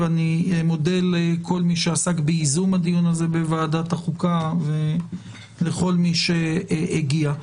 ואני מודה לכל מי שעסק בייזום הדיון הזה בוועדת החוקה ולכל מי שהגיע.